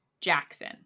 Jackson